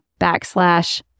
backslash